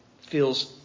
Feels